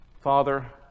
Father